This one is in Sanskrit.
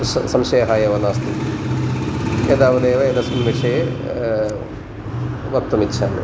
स संशयः एव नास्ति एतावदेव एतस्मिन् विषये वक्तुम् इच्छामि